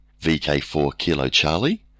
VK4KiloCharlie